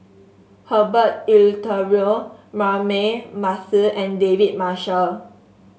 Herbert Eleuterio Braema Mathi and David Marshall